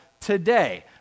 today